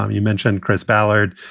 um you mentioned chris ballard.